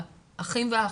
לאחים והאחיות,